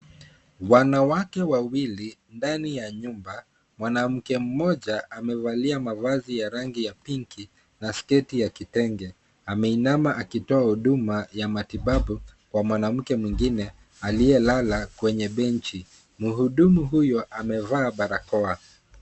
Wanawake wawili ndani ya nyumba mwanamke mmoja amevalia mavazi ya rangi ya pinki na sketi ya kitenge ameinama akitoa huduma ya matibabu kwa mwanamke mwengine aliyelala kwenye bench. Mhudumu huyu amevaa barakoa.